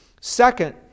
Second